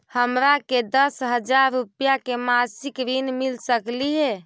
हमरा के दस हजार रुपया के मासिक ऋण मिल सकली हे?